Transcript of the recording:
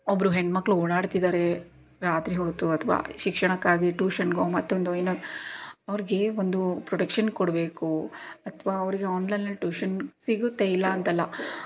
ಒಬ್ಬರು ಹೆಣ್ಮಕ್ಕಳು ಓಡಾಡ್ತಿದ್ದಾರೆ ರಾತ್ರಿ ಹೊತ್ತು ಅಥವಾ ಶಿಕ್ಷಣಕ್ಕಾಗಿ ಟ್ಯೂಷನ್ಗೋ ಮತ್ತೊಂದೋ ಏನೋ ಅವ್ರಿಗೆ ಒಂದು ಪ್ರೊಟೆಕ್ಷನ್ ಕೊಡಬೇಕು ಅಥವಾ ಅವ್ರಿಗೆ ಆನ್ಲೈನ್ನಲ್ಲಿ ಟ್ಯೂಷನ್ ಸಿಗುತ್ತೆ ಇಲ್ಲಾಂತಲ್ಲ